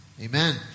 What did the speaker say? amen